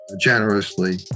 generously